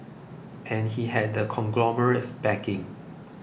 and he had the conglomerate's backing